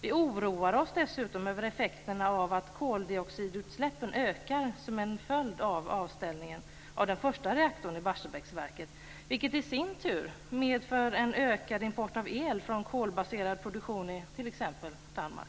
Vi oroar oss dessutom över effekterna av att koldioxidutsläppen ökar som en följd av avställningen av den första reaktorn i Barsebäcksverket, vilken i sin tur medför en ökad import av el från kolbaserad produktion i t.ex. Danmark.